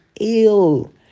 ill